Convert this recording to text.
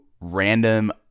random